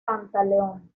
pantaleón